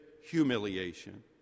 humiliation